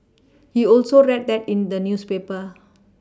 he also read that in the newspaper